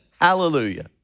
Hallelujah